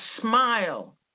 smile